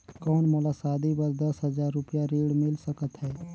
कौन मोला शादी बर दस हजार रुपिया ऋण मिल सकत है?